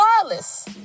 regardless